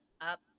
up